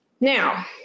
Now